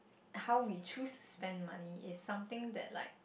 how we choose to spend money is something that like